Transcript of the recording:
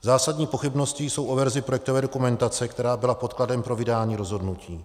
Zásadní pochybnosti jsou o verzi projektové dokumentace, která byla podkladem pro vydání rozhodnutí.